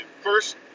first